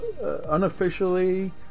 unofficially